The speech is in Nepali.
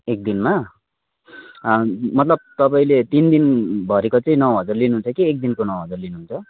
एकदिनमा मतलब तपाईँले तिन दिनभरिको चाहिँ नौ हजार लिनुहुन्छ कि एकदिनको नौ हजार लिनुहुन्छ